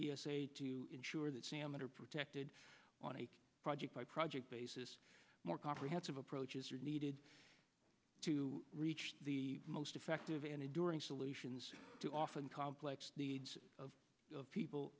a to ensure that salmon are protected on a project by project basis more comprehensive approach is needed to reach the most effective and enduring solutions to often complex needs of people